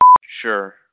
Sure